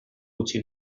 utzi